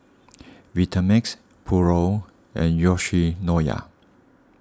Vitamix Pura and Yoshinoya